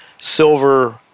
silver